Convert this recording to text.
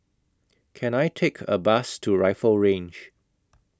Can I Take A Bus to Rifle Range